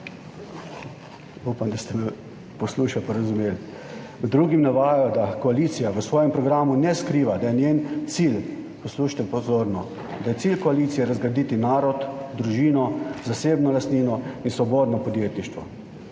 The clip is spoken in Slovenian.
Upam, da ste me poslušali in razumeli. Med drugim navajajo, da koalicija v svojem programu ne skriva, da je njen cilj, pozorno poslušajte, da je cilj koalicije razgraditi narod, družino, zasebno lastnino in svobodno podjetništvo.